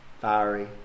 fiery